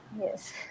Yes